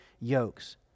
yokes